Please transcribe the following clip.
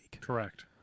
Correct